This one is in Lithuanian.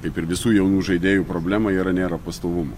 kaip ir visų jaunų žaidėjų problema yra nėra pastovumo